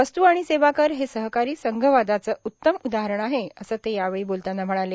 वस्तू आणि सेवा कर हे सहकारी संघवादाचं उत्तम उदाहरण आहे असं ते यावेळी म्हणाले